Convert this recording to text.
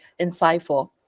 insightful